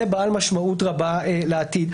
זה בעל משמעות רבה לעתיד.